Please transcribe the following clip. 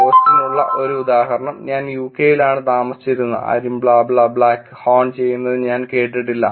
പോസ്റ്റിനുള്ള ഒരു ഉദാഹരണം ഞാൻ യുകെയിലാണ് താമസിച്ചിരുന്നത് ആരും ബ്ലാ ബ്ലാ ബ്ലാക്ക് ഹോൺ ചെയ്യുന്നത് ഞാൻ കേട്ടിട്ടില്ല